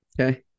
okay